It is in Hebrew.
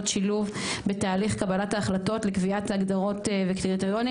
שילוב בוועדת ההחלטות לקביעת הגדרות וקריטריונים